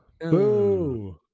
Boo